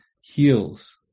heals